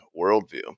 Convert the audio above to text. worldview